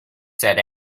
said